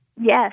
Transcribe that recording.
Yes